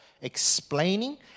explaining